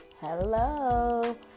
hello